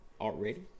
already